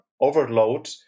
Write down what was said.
overload